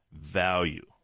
value